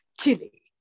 Chili